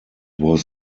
was